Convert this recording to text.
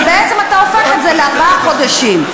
בעצם אתה הופך את זה לארבעה חודשים.